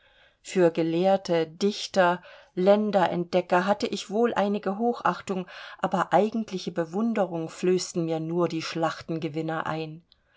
für gelehrte dichter länderentdecker hatte ich wohl einige hochachtung aber eigentliche bewunderung flößten mir nur die schlachtengewinner ein